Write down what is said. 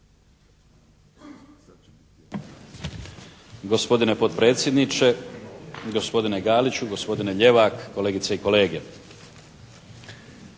hvala vam